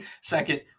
second